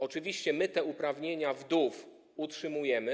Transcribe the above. Oczywiście my te uprawnienia wdów utrzymujemy.